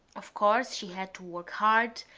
of course she had to work hard,